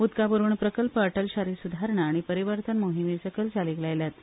उदका पुरवण प्रकल्प अटल शारी सुधारणा आनी परीवर्तन मोहिमेसकयल चालीक लायल्यात